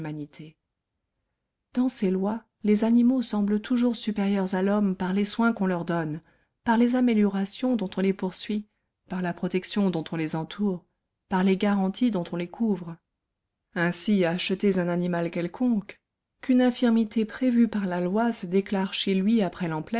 dans ces lois les animaux semblent toujours supérieurs à l'homme par les soins qu'on leur donne par les améliorations dont on les poursuit par la protection dont on les entoure par les garanties dont on les couvre ainsi achetez un animal quelconque qu'une infirmité prévue par la loi se déclare chez lui après